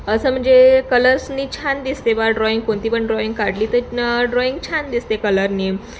असं म्हणजे कलर्सनी छान दिसते बा ड्रॉइंग कोणती पण ड्रॉईंग काढली तर ड्रॉईंग छान दिसते कलरने